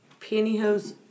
Pantyhose